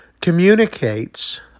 communicates